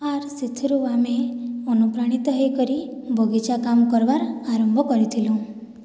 ଆର୍ ସେଥିରୁ ଆମେ ଅନୁପ୍ରାଣିତ ହେଇକରି ବଗିଚା କାମ୍ କର୍ବାର୍ ଆରମ୍ଭ କରିଥିଲୁଁ